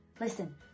Listen